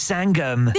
Sangam